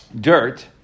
dirt